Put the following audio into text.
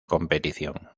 competición